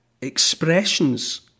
expressions